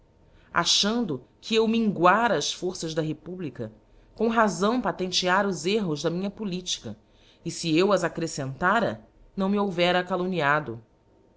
achando que eu minguara as forças da republica com razão patenteara os erros da minha politica e fe eu as accrefcentara não me houvera calumniado